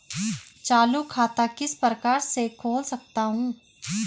चालू खाता किस प्रकार से खोल सकता हूँ?